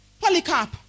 Polycarp